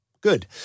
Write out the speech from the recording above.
good